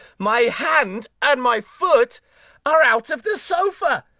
my hand and my foot are out of the sofa.